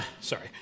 Sorry